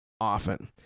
often